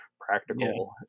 practical